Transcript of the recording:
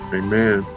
amen